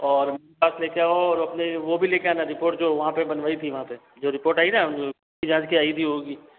और साथ लेकर आओ और अपने वह भी लेकर आना रिपोर्ट जो वहाँ पर बनवाई थी वहाँ पर जो रिपोर्ट आयी न होगी